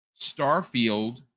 Starfield